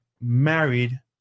married